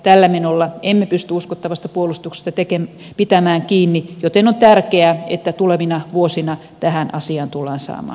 tällä menolla emme pysty uskottavasta puolustuksesta pitämään kiinni joten on tärkeää että tulevina vuosina tähän asiaan tullaan saamaan muutos